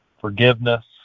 forgiveness